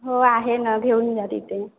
हो आहे न घेऊन जा तिथे